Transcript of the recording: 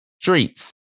Streets